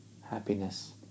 happiness